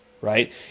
right